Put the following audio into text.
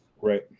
Right